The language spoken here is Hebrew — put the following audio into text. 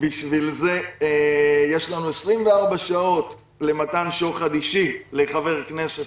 הזה בשביל זה יש לנו 24 שעות למתן שוחד אישי לחבר כנסת,